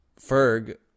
Ferg